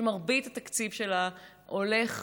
שמרבית התקציב שלה הולך,